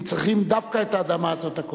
אם צריכים דווקא את האדמה הזאת.